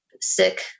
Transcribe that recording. sick